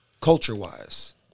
culture-wise